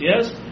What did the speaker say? yes